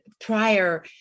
prior